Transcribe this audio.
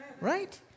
right